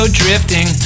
drifting